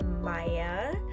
Maya